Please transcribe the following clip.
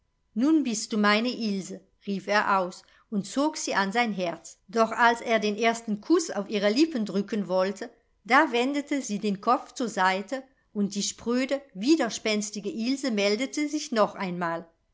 nun bist du meine ilse rief er aus und zog sie an sein herz doch als er den ersten kuß auf ihre lippen drücken wollte da wendete sie den kopf zur seite und die spröde widerspenstige ilse meldete sich noch einmal